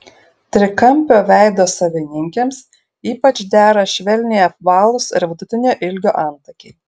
trikampio veido savininkėms ypač dera švelniai apvalūs ir vidutinio ilgio antakiai